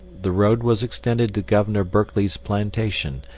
the road was extended to governor berkeley's plantation,